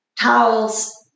towels